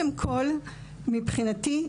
מבחינתי,